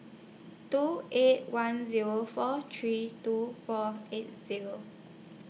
two eight one Zero four three two four eight Zero